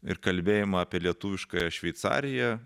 ir kalbėjimą apie lietuviškąją šveicariją